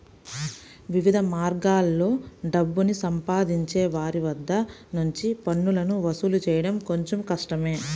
వివిధ మార్గాల్లో డబ్బుని సంపాదించే వారి వద్ద నుంచి పన్నులను వసూలు చేయడం కొంచెం కష్టమే